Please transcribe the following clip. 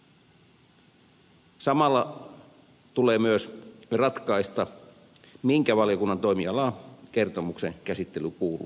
samalla tulee myös ratkaista minkä valiokunnan toimialaan kertomuksen käsittely kuuluu